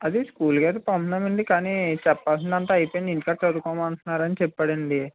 అదే స్కూల్కు అది పొతున్నాడు అండి కానీ చెప్పాల్సింది అంతా అయిపోయింది ఇంటికాడ చదువుకో అంటున్నారు అని చెప్పాడు అండి